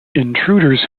intruders